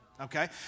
Okay